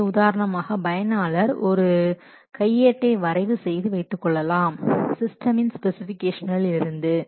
எனவே உதாரணமாக பயனாளர் ஒரு பயனாளர் கையேட்டை வரைவு செய்து வைத்துக்கொள்ளலாம் சிஸ்டமின் ஸ்பெசிஃபிகேஷனில் இருந்து